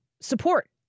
support